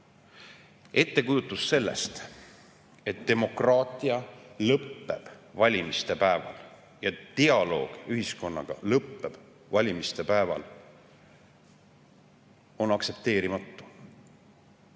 Ettekujutus sellest, et demokraatia lõpeb valimiste päeval ja dialoog ühiskonnaga lõpeb valimiste päeval, ei ole aktsepteeritav.